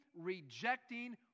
rejecting